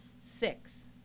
six